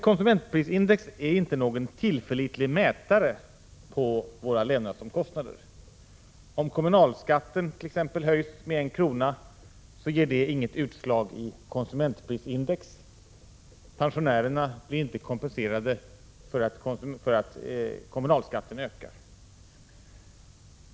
Konsumentprisindex är dock inte någon tillförlitlig mätare av levnadsomkostnaderna. Om kommunalskatten t.ex. höjs med en krona ger det inget utslag i konsumentprisindex. Pensionärerna blir inte kompenserade för att kommunalskatten höjs.